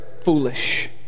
foolish